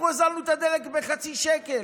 אנחנו הוזלנו את הדלק בחצי שקל.